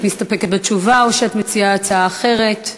את מסתפקת בתשובה או שאת מציעה הצעה אחרת?